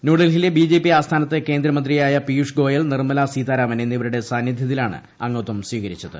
ന്യൂഡൽഹിയിലെ B J P ആസ്ഥാനത്ത് കേന്ദ്രമന്ത്രിയായ പീയൂഷ് ഗോയൽ നിർമ്മല സീതാരാമൻ എന്നിവരുടെ സാന്നിധൃത്തിലാണ് അംഗത്വം സ്വീകരിച്ചത്